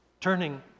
turning